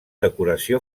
decoració